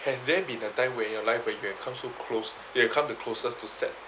has there been a time when your life where you have come so close you come the closest to set